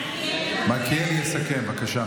מלכיאלי יסכם, בבקשה.